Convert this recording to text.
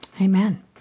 Amen